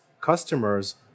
customers